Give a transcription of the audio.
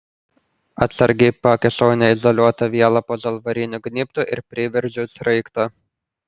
atsargiai pakišau neizoliuotą vielą po žalvariniu gnybtu ir priveržiau sraigtą